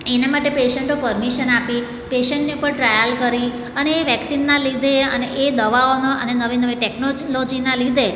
એના માટે પેશન્ટો પરમીશન આપી પેશન્ટને પણ ટ્રાયલ કરી અને એ વેક્સિનના લીધે અને એ દવાઓના અને નવી નવી ટેક્નોલોજીના લીધે